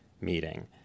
meeting